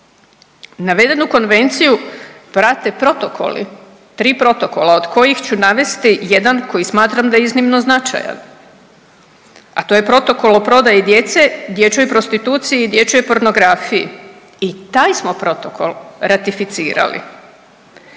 Navedenu konvenciju prate protokoli. Tri protokola od kojih ću navesti jedan koji smatram da je iznimno značajan, a to je protokol o prodaji djece, dječjoj prostituciji i dječjoj pornografiji. I taj smo protokol ratificirali.